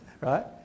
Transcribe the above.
right